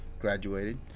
graduated